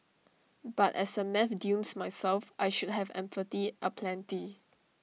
but as A maths dunce myself I should have empathy aplenty